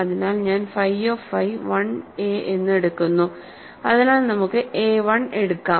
അതിനാൽ ഞാൻ phi of 1 A എന്ന് എടുക്കുന്നു അതിനാൽ നമുക്ക് എ 1 എടുക്കാം